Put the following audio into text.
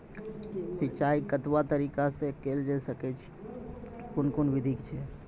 सिंचाई कतवा तरीका सअ के जेल सकैत छी, कून कून विधि ऐछि?